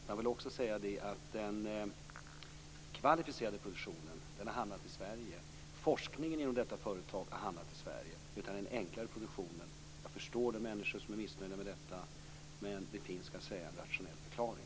Men jag vill också säga att den kvalificerade produktionen har hamnat i Sverige. Forskningen inom detta företag har hamnat i Sverige. Det är den enklare produktionen som har flyttats. Jag förstår de människor som är missnöjda med detta, men det finns en rationell förklaring.